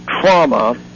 trauma